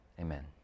Amen